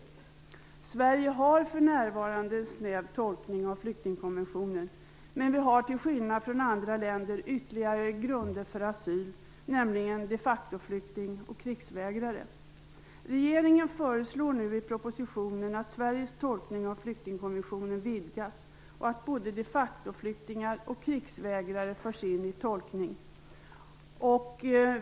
Sverige har för närvarande en snäv tolkning av flyktingkonventionen, men vi har till skillnad från andra länder ytterligare grunder för asyl, nämligen de facto-flykting och krigsvägrare. Regeringen föreslår nu i propositionen att Sveriges tolkning av flyktingkonventionen vidgas och att både de facto-flyktingar och krigsvägrare förs in i tolkningen.